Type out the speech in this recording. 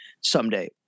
someday